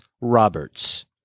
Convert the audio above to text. Roberts